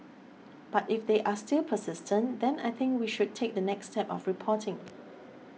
but if they are still persistent then I think we should take the next step of reporting